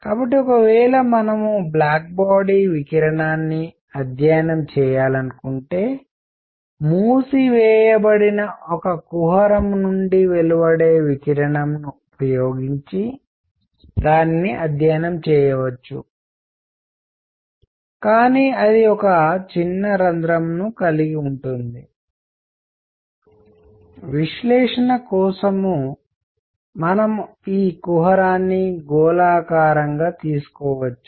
కాబట్టి ఒకవేళ మనము బ్లాక్ బాడీ వికిరణాన్ని అధ్యయనం చేయాలనుకుంటే మూసివేయబడిన ఒక కుహరం నుండి వెలువడే వికిరణం ను ఉపయోగించి దానిని అధ్యయనం చేయవచ్చు కానీ అది ఒక చిన్న రంధ్రం ను కలిగి ఉంటుంది విశ్లేషణ కోసం మనము ఈ కుహరాన్ని గోళాకారంగా తీసుకోవచ్చు